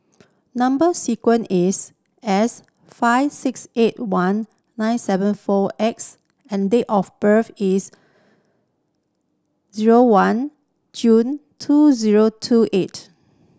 number sequence is S five six eight one nine seven four X and date of birth is zero one June two zero two eight